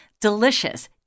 Delicious